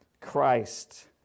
Christ